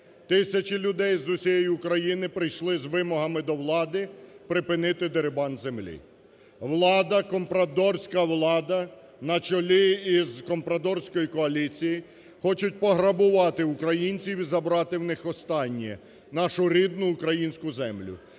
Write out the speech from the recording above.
Тисячі людей з усієї України прийшли з вимогами до влади припинити дерибан землі. Влада, компрадорська влада на чолі із компрадорською коаліцією хочуть пограбувати українців і забрати в них останнє – нашу рідну українську землю.